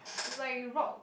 just like it rock